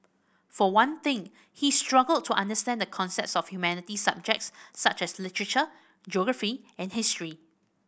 for one thing he struggled to understand the concepts of humanities subjects such as literature geography and history